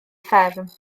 fferm